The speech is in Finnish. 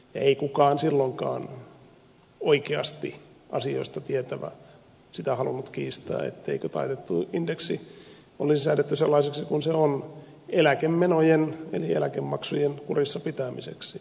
ei kukaan silloinkaan oikeasti asioista tietävä sitä halunnut kiistää ettei taitettu indeksi olisi säädetty sellaiseksi kuin se on eläkemenojen ja niiden eläkemaksujen kurissa pitämiseksi